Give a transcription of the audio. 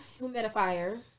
humidifier